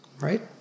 right